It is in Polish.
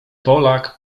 polak